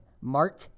Mark